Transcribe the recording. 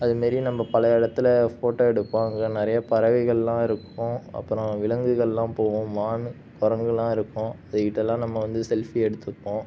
அது மாதிரி நம்ம பழைய இடத்துல ஃபோட்டோ எடுப்போம் அங்கே நிறைய பறவைகள் எல்லாம் இருக்கும் அப்புறோம் விலங்குகள் எல்லாம் போவும் மான் குரங்குலாம் இருக்கும் அதுகிட்டலாம் நம்ம வந்து செல்ஃபி எடுத்துப்போம்